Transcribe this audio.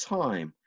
time